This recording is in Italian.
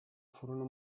furono